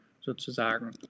sozusagen